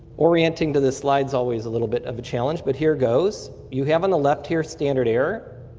orienting to the slide is always a little bit of a challenge but here goes. you have on the left here standard air